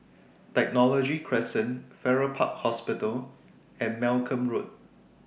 Technology Crescent Farrer Park Hospital and Malcolm Road